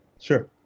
Sure